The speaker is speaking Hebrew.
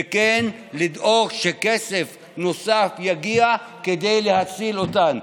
וכן לדאוג שכסף נוסף יגיע כדי להציל אותן.